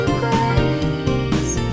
grace